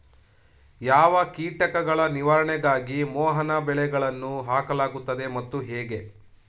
ಯಾವ ಕೀಟಗಳ ನಿವಾರಣೆಗಾಗಿ ಮೋಹನ ಬಲೆಗಳನ್ನು ಹಾಕಲಾಗುತ್ತದೆ ಮತ್ತು ಹೇಗೆ?